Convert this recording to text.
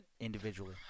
individually